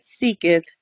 seeketh